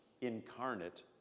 incarnate